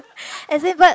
as in but